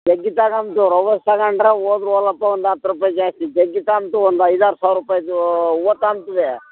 ಜಗ್ಗಿತ ತಗಂಡ್ರೆ ಹೋದ್ರ್ ಹೋಗಪ್ಪ ಒಂದು ಹತ್ತು ರೂಪಾಯಿ ಜಾಸ್ತಿ ಜಗ್ಗಿತ ಅಂತು ಒಂದು ಐದಾರು ಸಾವಿರ ರೂಪಾಯ್ದು ಹೂವ ತಗೊಂತೀವಿ